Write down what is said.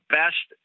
best